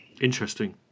interesting